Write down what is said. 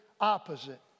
opposite